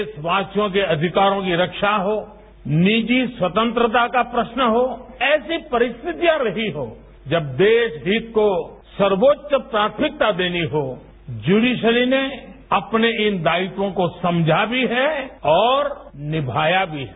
देशवासियों के अधिकारों की रखा हो निजी स्वतंत्रता का प्रश्न हो ऐसी परिस्थितियां रही हो जब देश हित को सर्वोच्च प्राथमिकता देनी हो प्यूडिसरी ने अपने इन दायित्वों को समझा भी है और निमाया भी है